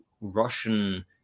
russian